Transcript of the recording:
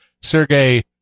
Sergei